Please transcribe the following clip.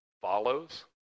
follows